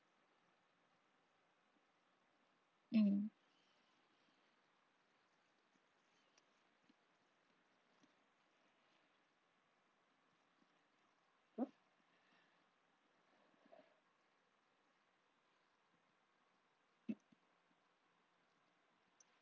mm